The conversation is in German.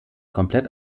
komplett